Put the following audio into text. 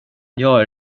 jag